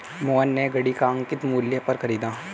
मोहन ने घड़ी को अंकित मूल्य पर खरीदा